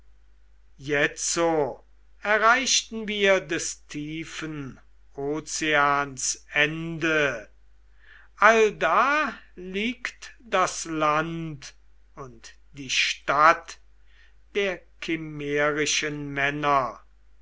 jetzo erreichten wir des tiefen ozeans ende allda liegt das land und die stadt der kimmerischen männer